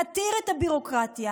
נתיר את הביורוקרטיה,